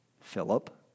Philip